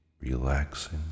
relaxing